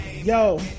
yo